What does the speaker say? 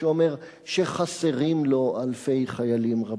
שאומר שחסרים לו אלפי חיילים רבים.